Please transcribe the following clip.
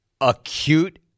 Acute